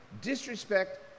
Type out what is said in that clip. disrespect